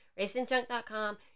racingjunk.com